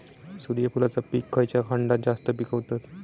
सूर्यफूलाचा पीक खयच्या खंडात जास्त पिकवतत?